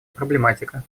проблематика